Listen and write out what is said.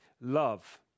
love